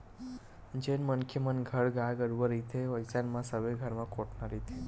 जेन मनखे मन घर गाय गरुवा रहिथे अइसन म सबे घर म कोटना रहिथे